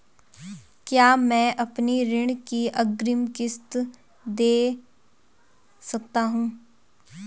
क्या मैं अपनी ऋण की अग्रिम किश्त दें सकता हूँ?